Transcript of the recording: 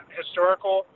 historical